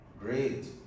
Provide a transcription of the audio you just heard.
great